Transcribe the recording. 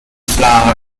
flower